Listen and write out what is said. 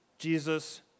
Jesus